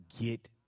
get